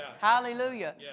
Hallelujah